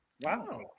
Wow